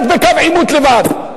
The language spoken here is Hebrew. רק בקו העימות לבד.